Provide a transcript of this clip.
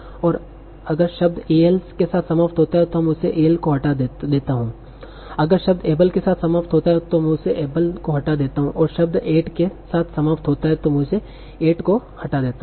और अगर शब्द 'al' के साथ समाप्त होता है तो मैं उस 'al' को हटा देता हूं अगर शब्द 'able' के साथ समाप्त होता है तो मैं उस 'able' को हटा देता हूं अगर शब्द 'ate' के साथ समाप्त होता है तो मैं उस 'ate' को हटा देता हूं